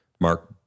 Mark